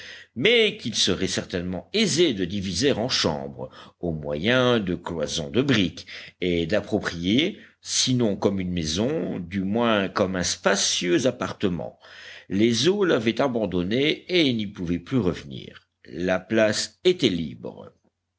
mais qu'il serait certainement aisé de diviser en chambres au moyen de cloisons de briques et d'approprier sinon comme une maison du moins comme un spacieux appartement les eaux l'avaient abandonnée et n'y pouvaient plus revenir la place était libre